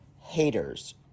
Haters